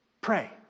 pray